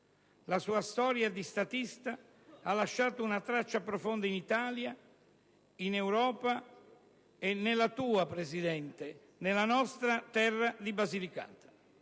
La sua storia di statista ha lasciato una traccia profonda in Italia, in Europa e nella tua, Presidente Colombo, nella nostra terra di Basilicata.